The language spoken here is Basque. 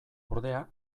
ordea